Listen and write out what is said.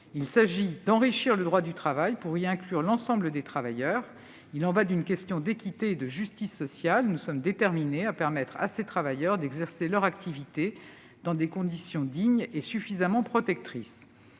Il s'agit d'enrichir le droit du travail et d'y inclure l'ensemble des travailleurs, pour des raisons d'équité et de justice sociale. Nous sommes déterminés à permettre à ces travailleurs d'exercer leur activité dans des conditions dignes et suffisamment protectrices.